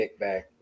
kickback